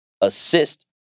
assist